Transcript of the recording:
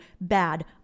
bad